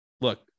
look